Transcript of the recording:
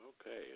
Okay